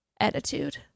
attitude